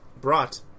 brought